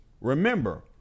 Remember